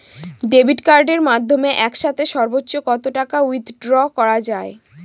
Debit কার্ডের মাধ্যমে একসাথে সর্ব্বোচ্চ কত টাকা উইথড্র করা য়ায়?